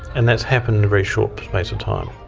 and that's happened in a very short space of time.